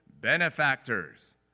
benefactors